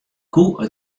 koe